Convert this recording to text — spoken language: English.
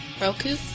Roku